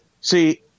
See